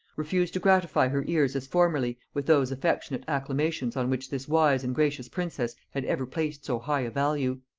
refused to gratify her ears as formerly with those affectionate acclamations on which this wise and gracious princess had ever placed so high a value.